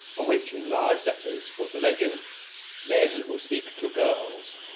on which in large letters was the legend men who speak to girls,